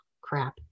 crap